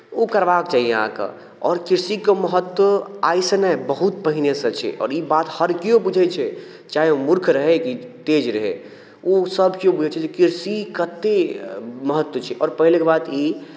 ओ करबाक चाही अहाँकेँ आओर कृषिके महत्व आइसँ नहि बहुत पहिनेसँ छै आओर ई बात हर किओ बुझैत छै चाहे ओ मूर्ख रहय कि तेज रहय ओ सभ किओ बुझैत छै कि कृषि कतेक महत्व छै आओर पहिलेके बात ई